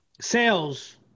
Sales